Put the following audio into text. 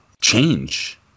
change